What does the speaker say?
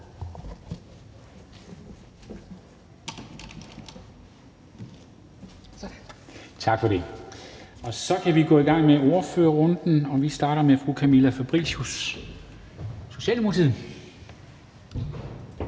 Tak for det. Så kan vi gå i gang med ordførerrunden, og vi starter med fru Camilla Fabricius, Socialdemokratiet.